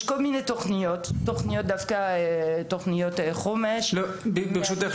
יש כל מיני תוכניות חומש --- ברשותך,